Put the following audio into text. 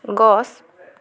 গছ